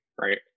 Right